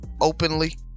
openly